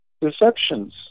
deceptions